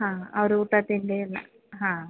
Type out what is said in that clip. ಹಾಂ ಅವ್ರ ಊಟ ತಿಂಡಿಯೆಲ್ಲ ಹಾಂ